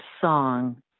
song